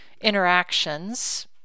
interactions